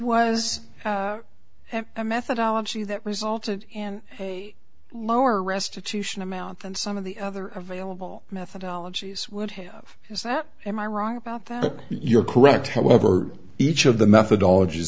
was a methodology that resulted in lower restitution amounts and some of the other available methodologies would have is that am i wrong about that you are correct however each of the methodology is